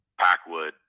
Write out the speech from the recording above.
Packwood